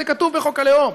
זה כתוב בחוק הלאום,